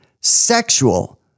sexual